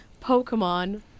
Pokemon